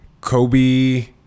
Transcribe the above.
Kobe